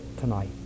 tonight